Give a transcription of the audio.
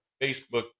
Facebook